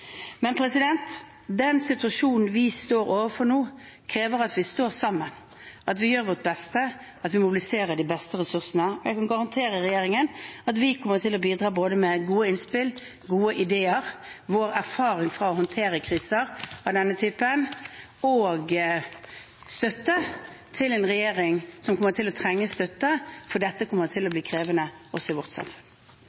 Den situasjonen vi står overfor nå, krever at vi står sammen, at vi gjør vårt beste, og at vi mobiliserer de beste ressursene. Jeg kan garantere regjeringen at vi kommer til å bidra med både gode innspill, gode ideer og vår erfaring fra å håndtere kriser av denne typen og med støtte til en regjering som kommer til å trenge støtte, for dette kommer til å